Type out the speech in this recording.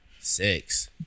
Six